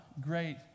great